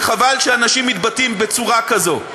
וחבל שאנשים מתבטאים בצורה כזו.